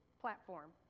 platform